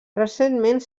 recentment